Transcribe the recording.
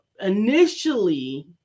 initially